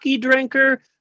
drinker